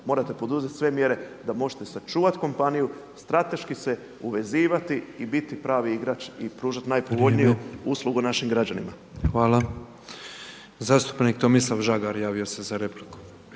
morate poduzeti sve mjere da možete sačuvati kompaniju, strateški se uvezivati i biti pravi igrač i pružati najpovoljniju uslugu našim građanima. **Petrov, Božo (MOST)** Zastupnik Tomislav Žagar javio se za repliku.